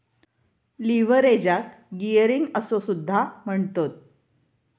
लीव्हरेजाक गियरिंग असो सुद्धा म्हणतत